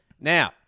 Now